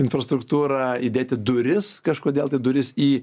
infrastruktūra įdėti duris kažkodėl tai duris į